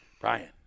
Brian